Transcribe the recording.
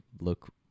look